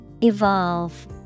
Evolve